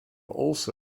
also